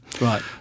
Right